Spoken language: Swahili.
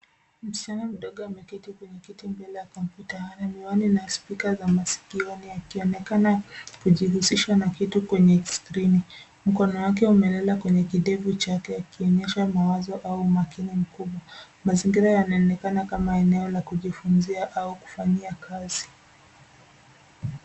Msichana mdogo ameketi mbele ya kompyuta na miwani na spika za maskioni akionekana kujihusisha na kitu kwenye skrini mkono wake umewekwa kwenye kidevu chake ukionyesha mawazo au umakini. Mazingira haya yanaonekana kama eneo la kujifunzia au kufanyia kazi.